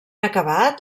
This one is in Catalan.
acabat